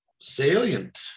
salient